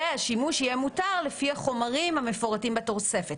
והשימוש יהיה מותר לפי החומרים המפורטים בתוספת.